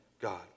God